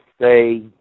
say